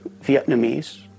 Vietnamese